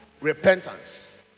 repentance